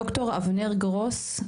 ד"ר אבנר גרוס,